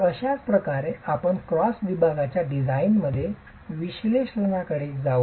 तर अशाच प्रकारे आपण क्रॉस विभागाच्या डिझाईनमध्ये विश्लेषणाकडे जाऊ